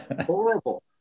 horrible